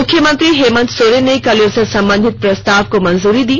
मुख्यमंत्री हेमन्त सोरेन ने कल इससे संबंधित प्रस्ताव को मंजूरी दी